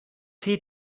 tee